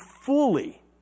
fully